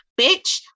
bitch